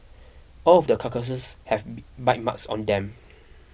all of the carcasses have bite marks on them